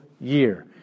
year